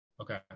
Okay